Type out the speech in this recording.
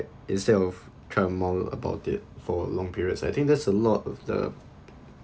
instead of try mull about it for long periods I think there's a lot of the